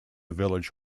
village